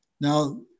Now